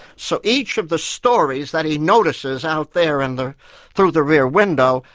so each of the stories that he notices out there and there through the rear window,